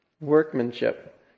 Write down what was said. workmanship